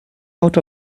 out